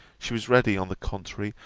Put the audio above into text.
she was ready, on the contrary,